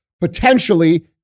potentially